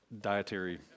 dietary